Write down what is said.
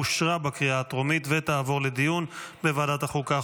אושרה בקריאה הטרומית ותעבור לדיון בוועדת החוקה,